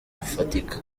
bufatika